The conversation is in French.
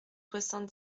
soixante